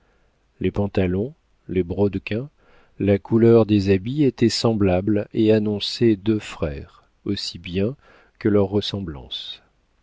les pantalons les brodequins la couleur des habits étaient semblables et annonçaient deux frères aussi bien que leur ressemblance